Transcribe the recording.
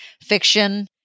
fiction